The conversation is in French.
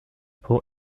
pour